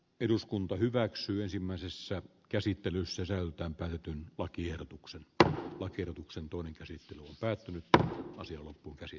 eduskunta hyväksyy ensimmäisessä käsittelyssä selkään päätetyn lakiehdotuksen että lakiehdotuksen toinen käsittely on päättynyt ja asia loppuun käsi